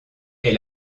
est